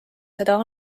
seda